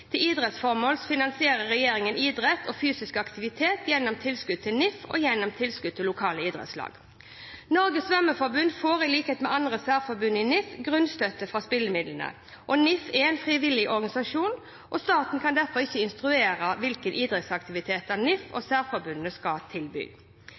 idrettsformål finansierer regjeringen idrett og fysisk aktivitet gjennom tilskudd til NIF og gjennom tilskudd til lokale idrettslag. Norges Svømmeforbund får, i likhet med andre særforbund i NIF, grunnstøtte fra spillemidlene. NIF er en frivillig organisasjon. Staten kan derfor ikke instruere hvilke idrettsaktiviteter NIF og